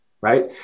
right